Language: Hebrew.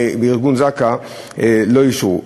ואת ארגון זק"א לא אישרו.